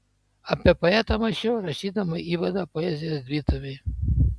apie poetą mąsčiau rašydama įvadą poezijos dvitomiui